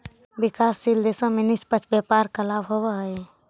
विकासशील देशों में निष्पक्ष व्यापार का लाभ होवअ हई